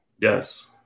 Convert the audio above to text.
Yes